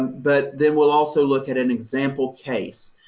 but then we'll also look at an example case,